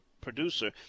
producer